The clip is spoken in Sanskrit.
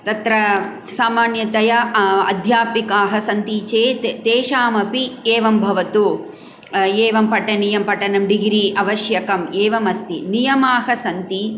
तत्र सामान्यतया अध्यापिकाः सन्ति चेत् तेषामपि एवं भवतु एवं पठनीयं पठनं डिग्री आवश्यकम् एवम् अस्ति नियमाः सन्ति